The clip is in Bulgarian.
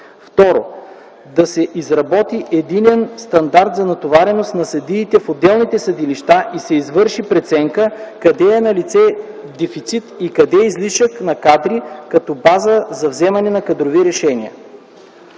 2. Да се изработи единен стандарт за натовареност на съдиите в отделните съдилища и се извърши преценка къде е налице дефицит и къде излишък на кадри като база за вземане на кадрови решения.